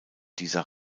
dieser